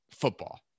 football